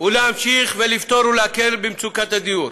להמשיך לפתור ולהקל את מצוקת הדיור,